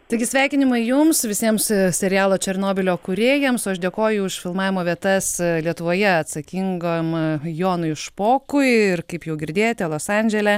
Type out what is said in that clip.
taigi sveikinimai jums visiems serialo černobylio kūrėjams o aš dėkoju už filmavimo vietas lietuvoje atsakingam jonui špokui ir kaip jau girdėjote los andžele